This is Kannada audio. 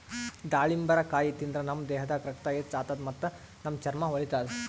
ದಾಳಿಂಬರಕಾಯಿ ತಿಂದ್ರ್ ನಮ್ ದೇಹದಾಗ್ ರಕ್ತ ಹೆಚ್ಚ್ ಆತದ್ ಮತ್ತ್ ನಮ್ ಚರ್ಮಾ ಹೊಳಿತದ್